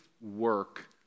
work